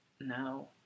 No